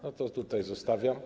No to tutaj zostawiam.